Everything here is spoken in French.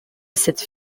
cette